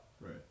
right